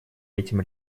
этим